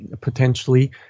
potentially